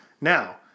Now